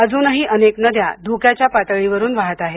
अजूनही अनेक नद्या धोक्याच्या पातळी वरून वाहत आहेत